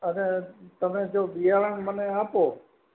અને તમે જો બિયારણ મને આપો